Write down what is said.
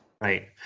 Right